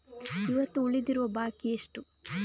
ಇವತ್ತು ಉಳಿದಿರುವ ಬಾಕಿ ಎಷ್ಟು?